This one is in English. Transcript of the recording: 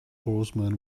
horsemen